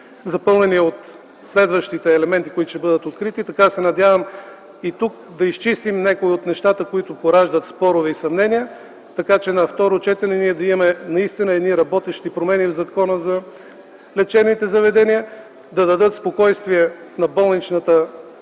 запълнени със следващите елементи, които ще бъдат открити, така и тук да изчистим някои от нещата, които пораждат спорове и съмнения, така че на второ четене ние да имаме наистина едни работещи промени в Закона за лечебните заведения. Да се даде спокойствие на болничната